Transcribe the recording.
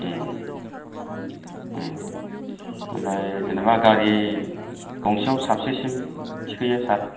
ओमफ्राय जेनेबा गारि गंसेयाव साबेसेसिम थिखाङो सार